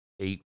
eight